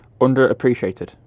Underappreciated